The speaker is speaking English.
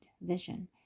vision